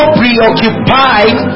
preoccupied